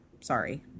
Sorry